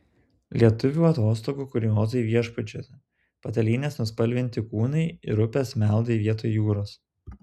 lietuvių atostogų kuriozai viešbučiuose patalynės nuspalvinti kūnai ir upės meldai vietoj jūros